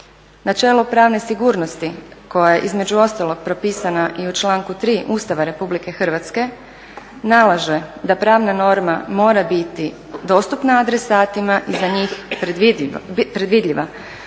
Načelo pravne sigurnosti koja je između ostalog propisana i u članku 3. Ustava Republike Hrvatske nalaže da pravna norma mora biti dostupna adresatima i za njih predvidljiva